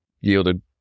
yielded